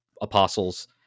apostles